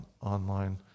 online